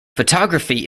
photography